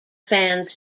fans